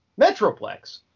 Metroplex